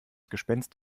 gespenst